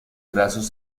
grasos